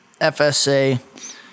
FSA